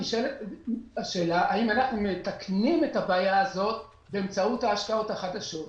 נשאלת השאלה: האם אנחנו מתקנים את הבעיה הזאת באמצעות ההשקעות החדשות.